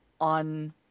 on